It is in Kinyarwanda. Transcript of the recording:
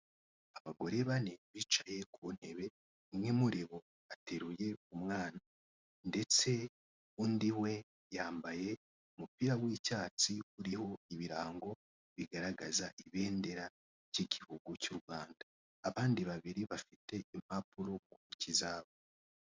Abagore bane bicaye ku ntebe umwe muri bo ateruye umwana ndetse undi we yambaye umupira w'icyatsi uriho ibirango bigaragaza ibendera ry'igihugu cy'u Rwanda, abandi babiri bafite impapuro ku intoki zabo.